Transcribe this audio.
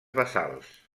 basalts